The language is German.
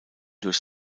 durch